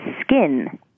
skin